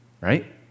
Right